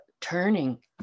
turning